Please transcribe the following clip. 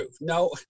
No